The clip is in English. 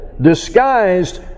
disguised